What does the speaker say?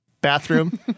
bathroom